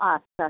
আচ্ছা